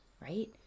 right